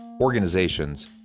organizations